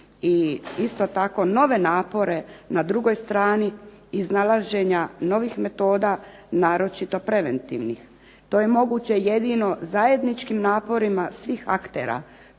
isto tako nove napore na drugoj strani, iznalaženja novih metoda, naročito preventivnih. To je moguće jedino zajedničkim naporima svih aktera,